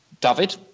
David